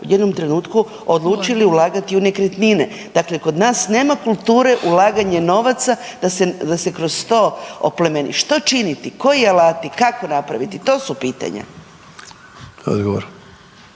u jednom trenutku odlučili ulagati u nekretnine. Dakle kod nas nema kulture ulaganja novaca da se kroz to oplemeni. Što činiti? Koji alati? Kako napraviti? To su pitanja.